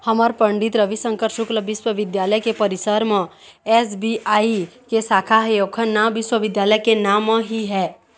हमर पंडित रविशंकर शुक्ल बिस्वबिद्यालय के परिसर म एस.बी.आई के साखा हे ओखर नांव विश्वविद्यालय के नांव म ही है